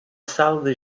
sala